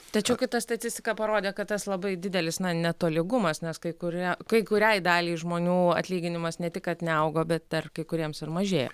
tačiau kita statistika parodė kad tas labai didelis na netolygumas nes kai kurie kai kuriai daliai žmonių atlyginimas ne tik kad neaugo bet dar kai kuriems ir mažėjo